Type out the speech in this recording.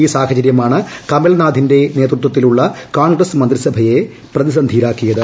ഈ സാഹചര്യമാണ് കമൽനാഥിന്റെ നേതൃത്വത്തിലുള്ള കോൺഗ്രസ്സ് മന്ത്രിസഭയെ പ്രതിസന്ധിയിലാക്കിയത്